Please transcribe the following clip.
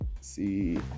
see